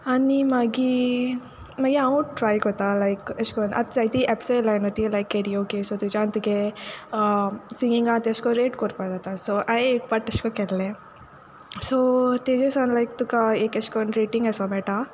आनी मागीर मागीर हांवूं ट्राय कोरता लायक एशें कोन्न आतां जायती एप्स येयल्याय न्हू ती लायक केरीओके तेज्यान तुगे सिंगिंगा तेशें कोन्न रेट कोरपा जाता हाये एक पाटी तेशें कोन्न केल्लें सो तेजे सान लायक तुका एक एशे कोन्न तुका रेटींग एशें कोन्न मेयटा